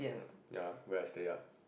ya where I stay ah